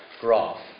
graph